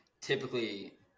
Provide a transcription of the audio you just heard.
typically